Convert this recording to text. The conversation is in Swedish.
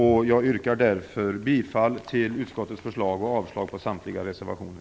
Jag yrkar därför bifall till utskottets förslag och avslag på samtliga reservationer.